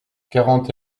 quarante